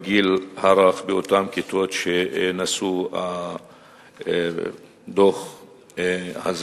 בגיל הרך, באותן כיתות שהן נשוא הדוח הזה.